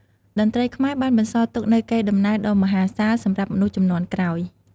តន្ត្រីខ្មែរបានបន្សល់ទុកនូវកេរដំណែលដ៏មហាសាលសម្រាប់មនុស្សជំនាន់ក្រោយ។